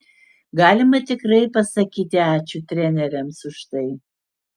galima tikrai pasakyti ačiū treneriams už tai